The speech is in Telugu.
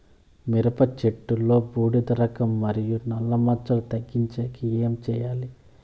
మిరప చెట్టులో బూడిద రోగం మరియు నల్ల మచ్చలు తగ్గించేకి ఏమి చేయాలి?